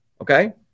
okay